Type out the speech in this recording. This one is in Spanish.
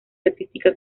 artística